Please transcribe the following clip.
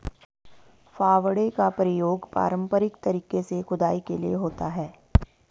फावड़े का प्रयोग पारंपरिक तरीके से खुदाई के लिए होता है